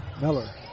Miller